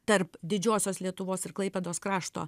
tarp didžiosios lietuvos ir klaipėdos krašto